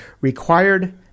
required